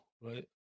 right